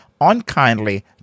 unkindly